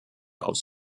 aufs